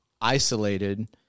isolated